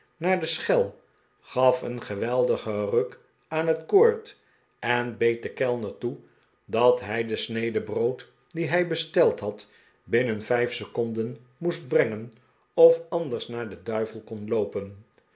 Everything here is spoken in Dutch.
naar de schel gaf een geweldigen ruk aan het koord en beet den kellner toe dat hij de snede brood die hij besteld had binnen vijf seconden moest brengen of ariders naar den duivel kon loopen